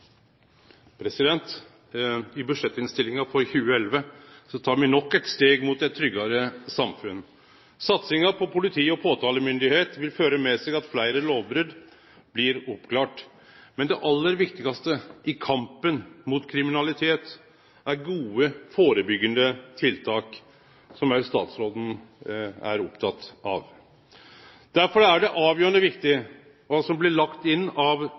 I budsjettinnstillinga for 2011 tek me nok eit steg mot eit tryggare samfunn. Satsinga på politi og påtalemyndigheit vil føre med seg at fleire lovbrot blir oppklarte. Men det aller viktigaste i kampen mot kriminalitet er gode, førebyggjande tiltak, som også statsråden er oppteken av. Derfor er det avgjerande viktig kva som blir lagt inn av